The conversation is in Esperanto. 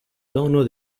dono